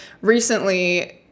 recently